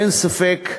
אין ספק,